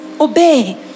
obey